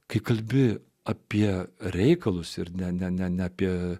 kai kalbi apie reikalus ir ne ne ne apie